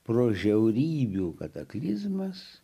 pro žiaurybių kataklizmas